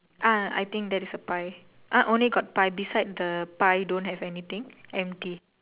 ah I think that is a pie ah only got pie beside the pie don't have anything empty